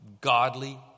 godly